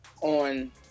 on